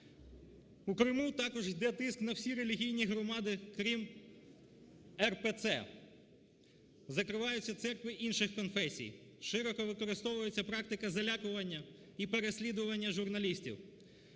В Криму також йде тиск на всі релігійні громади крім РПЦ, закриваються церкви інших конфесій, широко використовується практика залякування і переслідування журналістів.